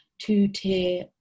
two-tier